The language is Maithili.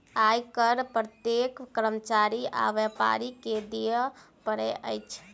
आय कर प्रत्येक कर्मचारी आ व्यापारी के दिअ पड़ैत अछि